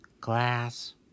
Glass